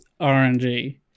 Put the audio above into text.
rng